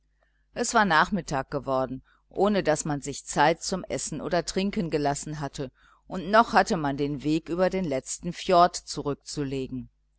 es war nachmittag geworden ohne daß man sich zeit zum essen oder trinken gelassen hatte und noch hatte man den weg über den letzten fjord zurückzulegen